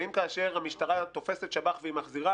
האם כאשר המשטרה תופסת שב"ח ומחזירה,